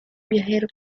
viajero